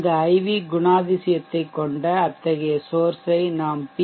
இந்த IV குணாதிசயத்தைக் கொண்ட அத்தகைய சோர்ஷ் ஐ நாம் பி